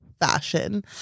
Fashion